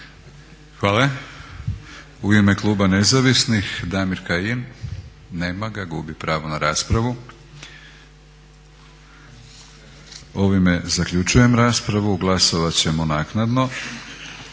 Hvala. U ime Kluba nezavisnih Damir Kajin. Nema ga? Gubi pravo na raspravu. Ovime zaključujem raspravu. Glasovat ćemo naknadno.